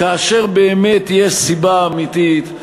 כאשר באמת יש סיבה אמיתית.